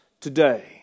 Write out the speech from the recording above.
today